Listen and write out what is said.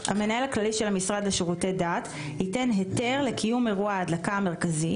המנהל הכללי של המשרד לשירותי דת ייתן היתר לקיום אירוע ההדלקה המרכזי